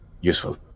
useful